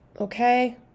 Okay